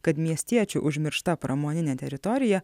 kad miestiečių užmiršta pramoninė teritorija